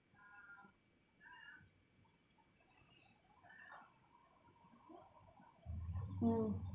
mm